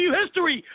history